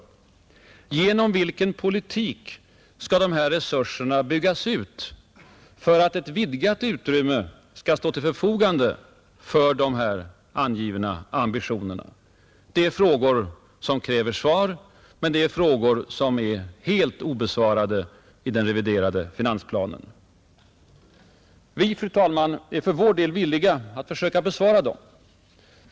Genom vilken politik skall dessa resurser kunna byggas ut för att ett vidgat utrymme skall stå till förfogande för de angivna ambitionerna? Det är frågor som kräver svar, men det är frågor som är helt obesvarade i den reviderade finansplanen. Vi, fru talman, är för vår del villiga att försöka besvara dem.